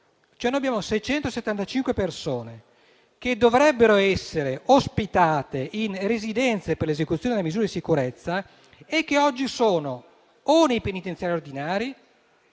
Noi abbiamo cioè 675 persone che dovrebbero essere ospitate in residenze per l'esecuzione delle misure di sicurezza, ma che oggi si trovano, per una parte, nei penitenziari ordinari.